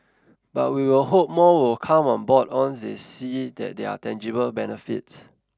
but we will hope more will come on board on they see that there are tangible benefits